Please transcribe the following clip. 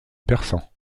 persan